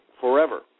forever